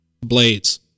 blades